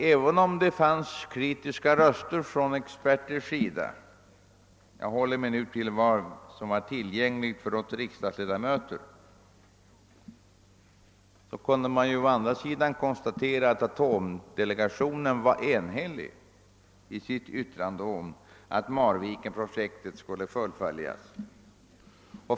Även om det höjdes kritiska röster från experthåll — jag håller mig till vad som var tillgängligt för oss riksdagsledamöter — kunde man konstatera att atomdelegationen var enhällig i sitt yitrande om att Marvikenprojektet skulle fullföljas.